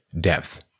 depth